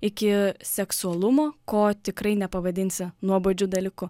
iki seksualumo ko tikrai nepavadinsi nuobodžiu dalyku